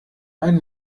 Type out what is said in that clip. ein